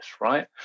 right